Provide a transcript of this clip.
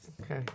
Okay